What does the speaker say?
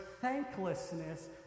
thanklessness